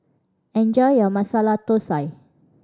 enjoy your Masala Thosai